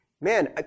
Man